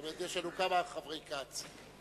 יש לנו כמה חברי כנסת כץ.